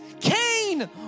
Cain